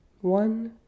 One